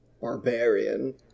barbarian